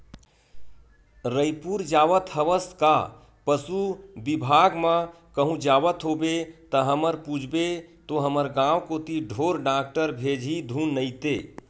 रइपुर जावत हवस का पसु बिभाग म कहूं जावत होबे ता हमर पूछबे तो हमर गांव कोती ढोर डॉक्टर भेजही धुन नइते